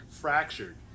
fractured